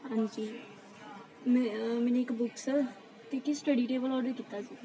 ਹਾਂਜੀ ਮੈਨੇ ਇੱਕ ਬੁੱਕਸ ਅਤੇ ਇੱਕ ਸਟੱਡੀ ਟੇਬਲ ਆਰਡਰ ਕੀਤਾ ਸੀ